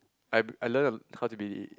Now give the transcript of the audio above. I I learnt how to be